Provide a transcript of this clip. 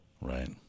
Right